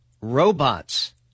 robots